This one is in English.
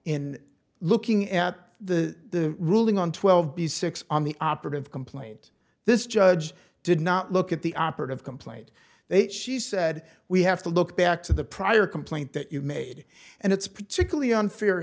in looking at the ruling on twelve b six on the operative complaint this judge did not look at the operative complaint they'd she said we have to look back to the prior complaint that you made and it's particularly unfair